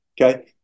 okay